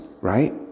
right